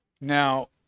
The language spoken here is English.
now